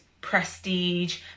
prestige